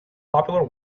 popular